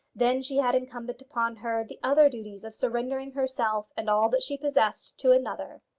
then she had incumbent upon her the other duty of surrendering herself and all that she possessed to another.